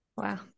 Wow